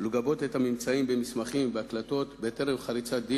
לגבות את הממצאים במסמכים ובהקלטות בטרם חריצת דין